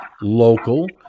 local